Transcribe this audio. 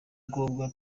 ngombwa